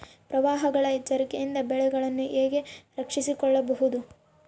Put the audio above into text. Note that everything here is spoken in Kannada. ಪ್ರವಾಹಗಳ ಎಚ್ಚರಿಕೆಯಿಂದ ಬೆಳೆಗಳನ್ನು ಹೇಗೆ ರಕ್ಷಿಸಿಕೊಳ್ಳಬಹುದು?